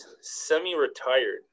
semi-retired